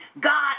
God